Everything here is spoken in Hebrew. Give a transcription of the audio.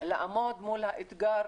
לעמוד מול האתגר